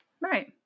right